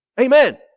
Amen